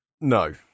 No